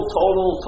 total